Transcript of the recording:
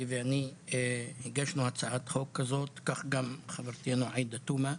ואני הגשנו הצעת חוק כזאת וכך גם חברתי עאידה תומא.